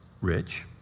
rich